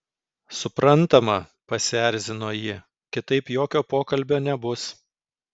suprantama pasierzino ji kitaip jokio pokalbio nebus